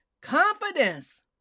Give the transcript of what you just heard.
Confidence